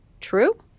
True